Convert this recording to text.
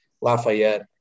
Lafayette